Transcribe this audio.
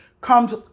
comes